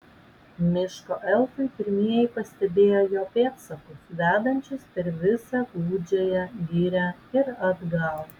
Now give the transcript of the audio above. miško elfai pirmieji pastebėjo jo pėdsakus vedančius per visą gūdžiąją girią ir atgal